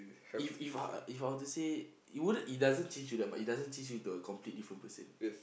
if if I were if I were to say you wouldn't it doesn't change you that much it doesn't change you to a complete different person